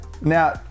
Now